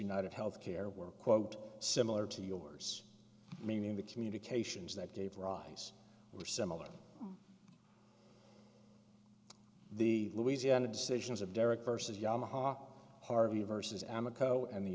united health care were quote similar to yours meaning the communications that gave rise or similar to the louisiana decisions of derek versus yamaha harvey versus a